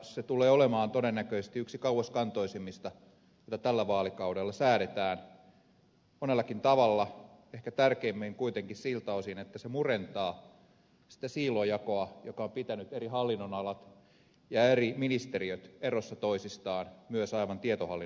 se tulee olemaan todennäköisesti yksi kauaskantoisimmista joita tällä vaalikaudella säädetään monellakin tavalla ehkä tärkeimmin kuitenkin siltä osin että se murentaa sitä siilojakoa joka on pitänyt eri hallinnonalat ja eri ministeriöt erossa toisistaan myös aivan tietohallinnon tasolla